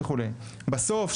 בסוף,